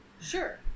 Sure